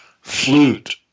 flute